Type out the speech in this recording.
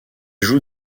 jouent